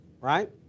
right